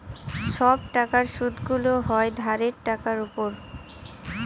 সব টাকার সুদগুলো হয় ধারের টাকার উপর